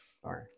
Sorry